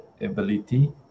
ability